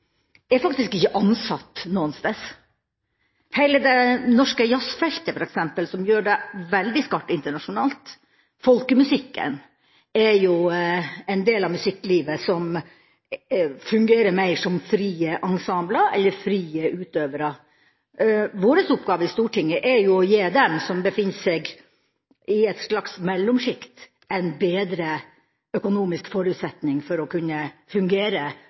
er faktisk ikke ansatt noe sted. Heile det norske jazzfeltet f.eks., som gjør det veldig skarpt internasjonalt, og folkemusikken er jo en del av musikklivet som fungerer mer som frie ensembler eller frie utøvere. Vår oppgave i Stortinget er å gi dem som befinner seg i et slags mellomsjikt, en bedre økonomisk forutsetning for å kunne fungere